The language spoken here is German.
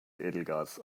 edelgas